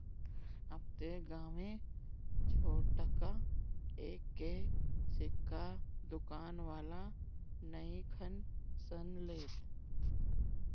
अब त गांवे में छोटका एक के सिक्का दुकान वाला नइखन सन लेत